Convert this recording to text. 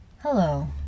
Hello